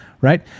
right